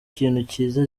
cyiza